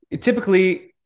typically